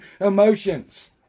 emotions